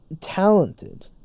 talented